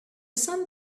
sun